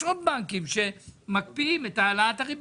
עוד בנקים שמקפיאים את העלאת הריבית?